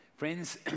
Friends